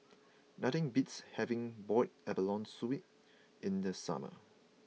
nothing beats having Boiled Abalone Soup in the summer